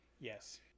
Yes